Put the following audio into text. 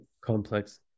complex